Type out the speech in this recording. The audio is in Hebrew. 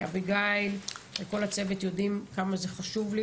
כי אביגיל וכל הצוות יודעים כמה זה חשוב לי